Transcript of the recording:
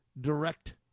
direct